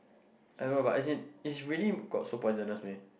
I know but as in it's really got food poisonous meh